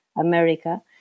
America